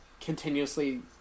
continuously